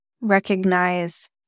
recognize